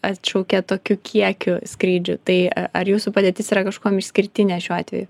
atšaukė tokiu kiekiu skrydžių tai a ar jūsų padėtis yra kažkuom išskirtinė šiuo atveju